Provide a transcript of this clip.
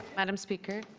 madame speaker?